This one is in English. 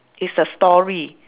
it's a story